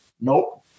Nope